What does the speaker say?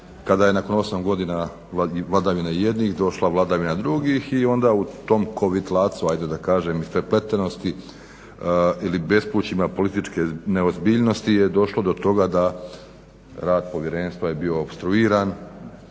kada je nakon 8 godina vladavine jednih došla vladavina drugih i onda u tom kovitlacu ajde da kažem, isprepletenosti ili bespućima političke neozbiljnosti je došlo do toga da rad povjerenstva je bio opstruiran.